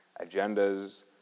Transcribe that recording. agendas